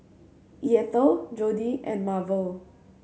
Eathel Jodi and Marvel